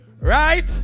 Right